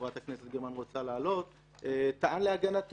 שאנחנו דנים פה כרגע - היא גבולות ההתפרסות של עבירת ההריגה